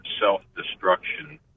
self-destruction